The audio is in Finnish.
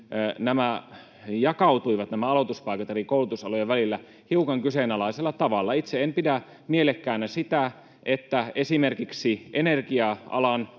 nämä aloituspaikat jakautuivat eri koulutusalojen välillä hiukan kyseenalaisella tavalla. Itse en pidä mielekkäänä sitä, että esimerkiksi energia-alan